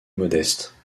modeste